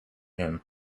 him